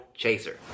Chaser